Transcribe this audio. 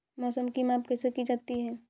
मौसम की माप कैसे की जाती है?